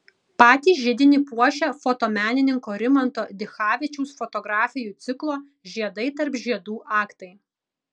patį židinį puošia fotomenininko rimanto dichavičiaus fotografijų ciklo žiedai tarp žiedų aktai